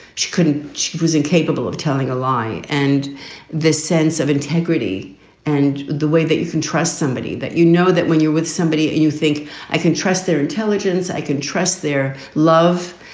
she couldn't. she was incapable of telling a lie. and this sense of integrity and the way that you can trust somebody that you know that when you're with somebody, you think i can trust their intelligence, i can trust their love.